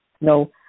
No